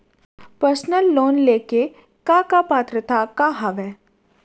Personal loan ले के का का पात्रता का हवय?